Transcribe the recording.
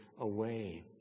away